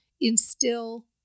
instill